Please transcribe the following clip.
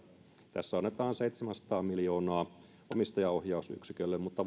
tässä annetaan seitsemänsataa miljoonaa omistajaohjausyksikölle mutta